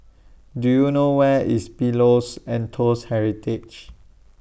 Do YOU know Where IS Pillows and Toast Heritage